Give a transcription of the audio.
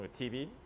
TV